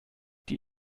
die